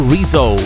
Rizzo